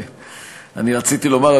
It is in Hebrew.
אני רציתי לומר,